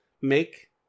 make